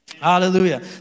Hallelujah